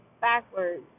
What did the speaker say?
backwards